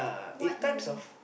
what you